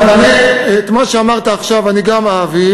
אז אני, את מה שאמרת עכשיו אני גם אעביר,